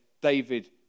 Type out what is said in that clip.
David